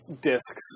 discs